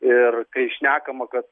ir kai šnekama kad